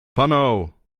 panau